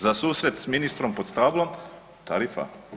Za susret sa ministrom pod stablom tarifa.